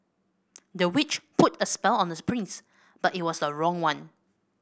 the witch put a spell on the prince but it was a wrong one